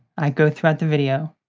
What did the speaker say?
i go throughout the video.